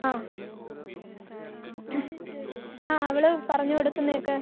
ആ ആ അവൾ പറഞ്ഞുകൊടുക്കുന്നത് ഒക്കെ